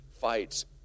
fights